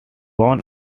born